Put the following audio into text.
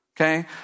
Okay